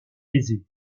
aisée